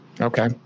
Okay